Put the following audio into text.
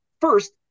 First